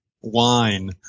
Wine